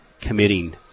committing